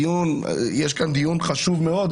יש כאן דיון חשוב מאוד.